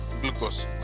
glucose